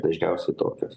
dažniausiai tokios